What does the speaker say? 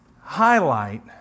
highlight